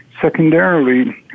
Secondarily